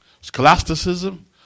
scholasticism